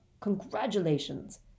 Congratulations